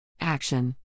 Action